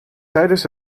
tijdens